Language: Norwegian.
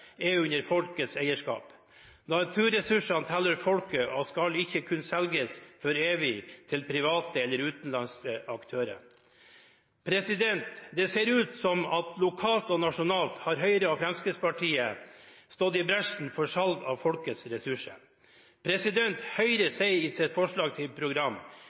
er under folkets eierskap. Naturressursene tilhører folket og skal ikke kunne selges for evig til private eller utenlandske aktører. Det ser ut som om lokalt og nasjonalt har Høyre og Fremskrittspartiet stått i bresjen for salg av folkets ressurser. Høyre sier i sitt forslag til program: